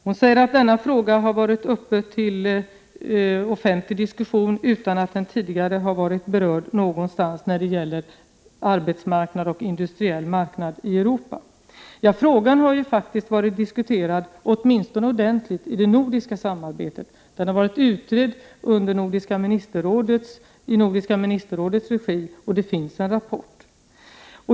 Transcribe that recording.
Hon sade att denna fråga har varit uppe till offentlig diskussion utan att den tidigare har berörts någonstans när det gäller arbetsmarknad och industriell marknad i Europa. Frågan har faktiskt diskuterats ordentligt åtminstone i det nordiska samarbetet. Den har utretts i nordiska ministerrådets regi, och det finns en rapport.